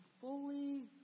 fully